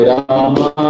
Rama